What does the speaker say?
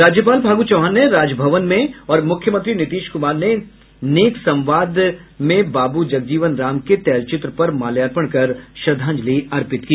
राज्यपाल फागू चौहान ने राजभवन में और मुख्यमंत्री नीतीश कुमार ने नेक संवाद बाबू जगजीवन राम के तैलचित्र पर माल्यार्पण कर श्रद्धांजलि अर्पित की